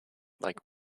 like